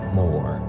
more